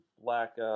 black